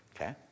Okay